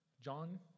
John